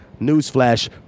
newsflash